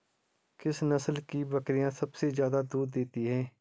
किस नस्ल की बकरीयां सबसे ज्यादा दूध देती हैं?